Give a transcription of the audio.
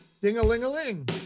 Ding-a-ling-a-ling